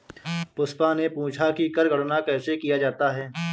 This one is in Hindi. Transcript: पुष्पा ने पूछा कि कर गणना कैसे किया जाता है?